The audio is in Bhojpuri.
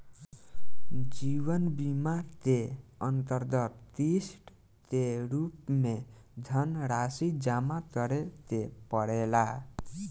जीवन बीमा के अंतरगत किस्त के रूप में धनरासि जमा करे के पड़ेला